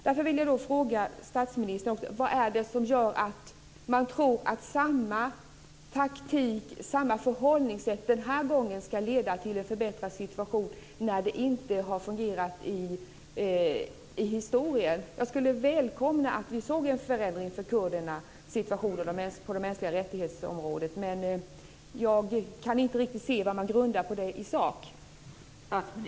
Jag vill därför fråga statsministern: Vad är det som gör att man tror att samma taktik och samma förhållningssätt den här gången ska leda till en förbättrad situation när det inte har fungerat i historien? Jag skulle välkomna att vi såg en förändring när det gäller de mänskliga rättigheterna för kurderna. Men jag kan inte riktigt se vad man i sak grundar detta på.